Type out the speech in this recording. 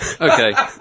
okay